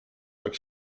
tak